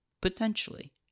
potentially